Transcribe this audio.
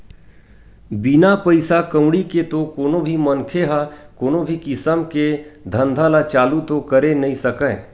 बिना पइसा कउड़ी के तो कोनो भी मनखे ह कोनो भी किसम के धंधा ल चालू तो करे नइ सकय